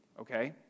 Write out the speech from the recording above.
Okay